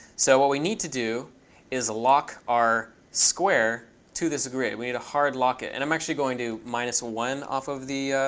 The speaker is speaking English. so what we need to do is lock our square to this grid. we need to hard lock it. and i'm actually going to minus one off of the